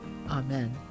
Amen